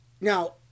Now